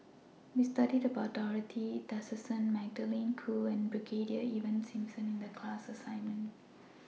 We studied about Dorothy Tessensohn Magdalene Khoo and Brigadier Ivan Simson in The class assignment